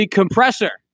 compressor